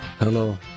Hello